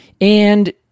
and-